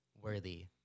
worthy